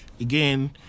again